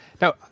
Now